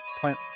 plant